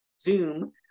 zoom